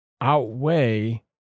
Outweigh